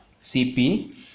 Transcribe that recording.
cp